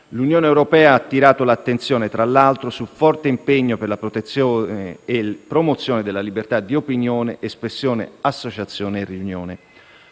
l'Unione europea ha attirato l'attenzione, tra l'altro, sul forte impegno per la protezione e promozione della libertà di opinione, espressione, associazione e riunione.